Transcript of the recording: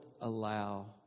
allow